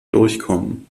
durchkommen